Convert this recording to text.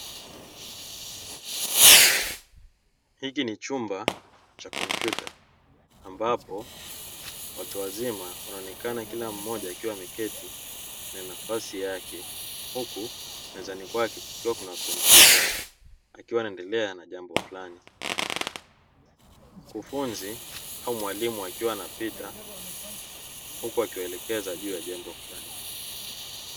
Hiki ni chumba cha kompyuta ambapo watu wazima wanaonekana kila mmoja akiwa ameketi kwenye nafasi yake, huku mezani kwake kukiwa kuna kompyuta akiwa anaendelea na jambo fulani. Mkufunzi au mwalimu akiwa anapita huku akiwalekeza juu ya jambo fulani.